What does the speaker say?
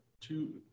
two